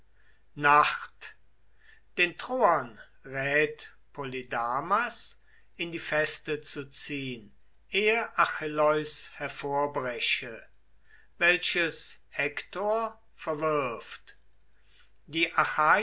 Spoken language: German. nacht den troern rät polydamas in die feste zu ziehn ehe achilleus hervorbreche welches hektor verwirft die